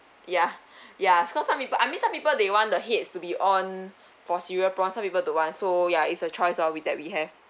ya ya cause some people I mean some people they want the heads to be on for cereal prawns some people don't want so ya it's a choice uh we that we have